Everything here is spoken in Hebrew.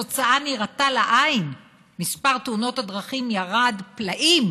התוצאה נראתה לעין ומספר תאונות הדרכים ירד פלאים,